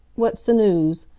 what's the news?